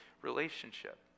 relationship